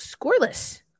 scoreless